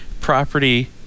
property